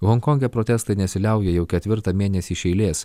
honkonge protestai nesiliauja jau ketvirtą mėnesį iš eilės